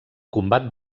combat